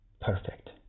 perfect